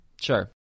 Sure